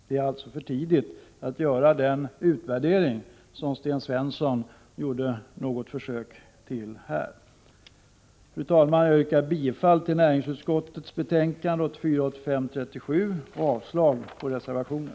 Det är alltså för tidigt att göra den utvärdering som Sten Svensson gjorde ett försök till här. Fru talman! Jag yrkar bifall till hemställan i näringsutskottets betänkande 1984/85:37 och avslag på reservationen.